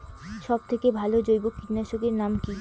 সব থেকে ভালো জৈব কীটনাশক এর নাম কি?